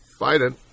Biden